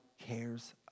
cares